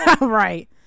right